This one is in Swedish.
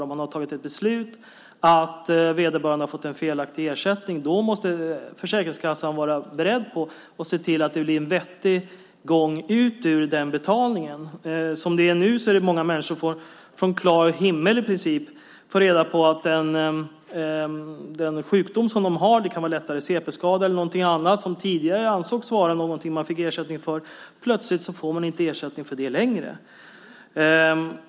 Om Försäkringskassan har fattat ett beslut om en felaktig ersättning måste Försäkringskassan vara beredd på att se till att det blir en vettig gång ut ur betalningen. Nu får många människor reda på från klar himmel att den sjukdom de har, till exempel en lättare cp-skada, som tidigare ansågs vara något de kunde få ersättning för, plötsligt inte ger ersättning längre.